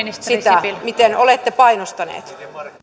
sitä miten olette painostanut